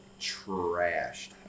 trashed